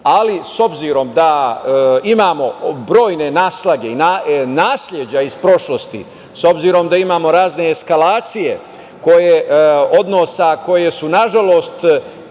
ali s obzirom da imamo brojne naslage, nasleđa iz prošlosti, s obzirom da imamo razne eskalacije odnosa, koje su nažalost